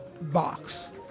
box